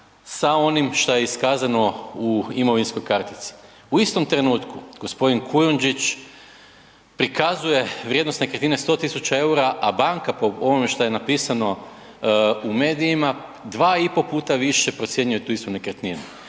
sa onim šta je iskazano u imovinskoj kartici. U istom trenutku, g. Kujundžić prikazuje vrijednost nekretnine 100 000 eura a banka po onome što je napisano u medijima, 2,5 puta više procjenjuje tu istu nekretninu.